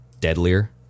deadlier